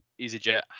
EasyJet